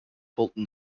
fulton